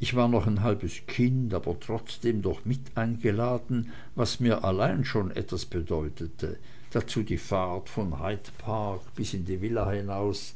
ich war noch ein halbes kind aber trotzdem doch mit eingeladen was mir allein schon etwas bedeutete dazu die fahrt von hyde park bis in die villa hinaus